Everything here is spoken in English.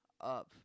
up